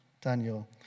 Daniel